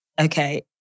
Okay